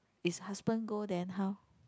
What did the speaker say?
is husband go then how